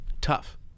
tough